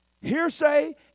Hearsay